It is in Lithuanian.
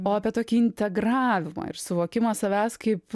o apie tokį integravimą ir suvokimą savęs kaip